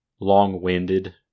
long-winded